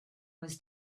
was